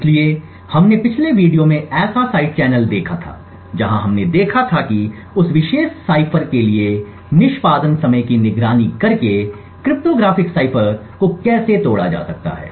इसलिए हमने पिछले वीडियो में ऐसा साइड चैनल देखा था जहां हमने देखा था कि उस विशेष साइफर के लिए निष्पादन समय की निगरानी करके क्रिप्टोग्राफ़िक साइफर को कैसे तोड़ा जा सकता है